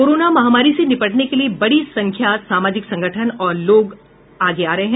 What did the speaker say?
corona महामारी से निपटने के लिए बड़ी संख्या में सामाजिक संगठन और लोग आगे आ रहे हैं